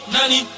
Nani